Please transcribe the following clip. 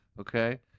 okay